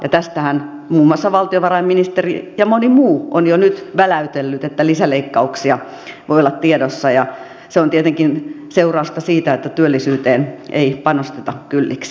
tästähän muun muassa valtiovarainministeri ja moni muu on jo nyt väläytellyt että lisäleikkauksia voi olla tiedossa ja se on tietenkin seurausta siitä että työllisyyteen ei panosteta kylliksi